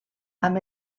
amb